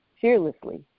fearlessly